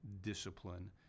discipline